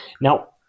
Now